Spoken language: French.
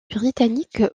britanniques